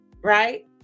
right